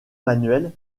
manuel